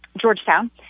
Georgetown